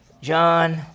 John